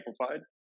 amplified